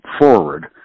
forward